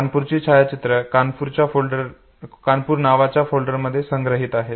कानपूरची छायाचित्रे कानपूर नावाच्या फोल्डरमध्ये संग्रहित आहेत